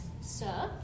sir